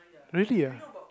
really ah